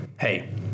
Hey